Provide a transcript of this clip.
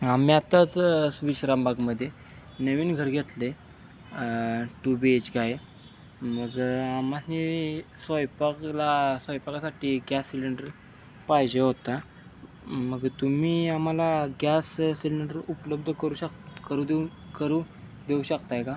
आम्ही आत्ताच विश्रामबागमध्ये नवीन घर घेतलं आहे टू बी एच के आहे मग आम्हाने स्वयंपाकाला स्वयंपाकासाठी गॅस सिलेंडर पाहिजे होता मग तुम्ही आम्हाला गॅस सिलेंडर उपलब्ध करू शक करू देऊ करू देऊ शकता का